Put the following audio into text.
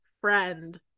friend